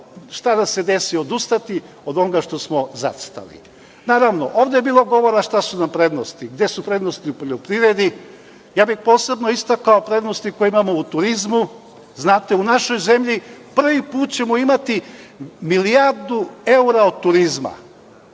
šta da se desi odustati od onoga što smo zacrtali. Naravno, ovde je bilo govora šta su nam prednosti, gde su prednosti u poljoprivredi, ja bih posebno istakao prednosti koje imamo u turizmu. Znate, u našoj zemlji prvi put ćemo imati milijardu evra od turizma,